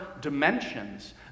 dimensions